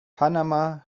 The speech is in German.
panama